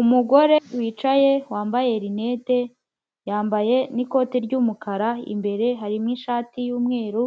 Umugore wicaye wambaye rinete, yambaye n'ikote ry'umukara imbere harimo ishati y'umweru